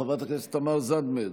חברת הכנסת תמר זנדברג,